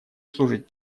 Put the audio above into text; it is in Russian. служить